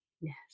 Yes